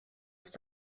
ist